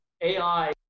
AI